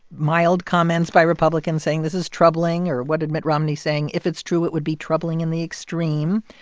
mild comments by republicans saying, this is troubling or what did mitt romney saying, if it's true, it would be troubling in the extreme.